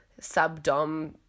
subdom